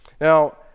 Now